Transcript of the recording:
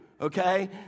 Okay